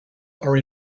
are